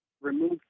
remove